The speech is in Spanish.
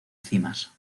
cimas